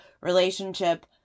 relationship